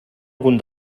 algun